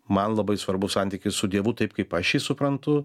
man labai svarbus santykis su dievu taip kaip aš jį suprantu